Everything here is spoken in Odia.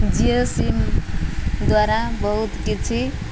ଜିଓ ସିମ୍ ଦ୍ୱାରା ବହୁତ କିଛି